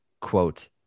quote